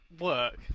work